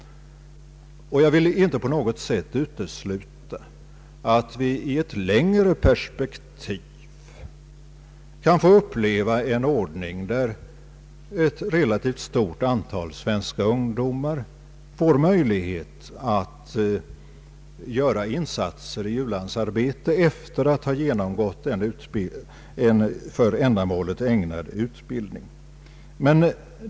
Jag vill inte på något sätt utesluta, att vi i ett längre perspektiv kan få uppleva en ordning, där ett relativt stort antal svenska ungdomar får möjlighet att göra insatser i u-landsarbetet efter att ha genomgått en för ändamålet lämpad utbildning.